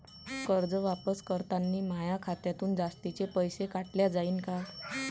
कर्ज वापस करतांनी माया खात्यातून जास्तीचे पैसे काटल्या जाईन का?